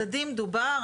מדדים דובר.